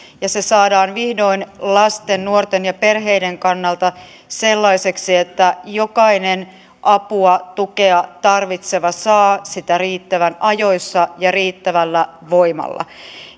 ja se saadaan vihdoin lasten nuorten ja perheiden kannalta sellaiseksi että jokainen apua tukea tarvitseva saa sitä riittävän ajoissa ja riittävällä voimalla